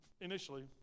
initially